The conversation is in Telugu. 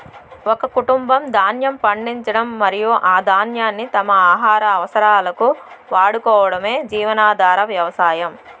ఒక కుటుంబం ధాన్యం పండించడం మరియు ఆ ధాన్యాన్ని తమ ఆహార అవసరాలకు వాడుకోవటమే జీవనాధార వ్యవసాయం